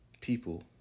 people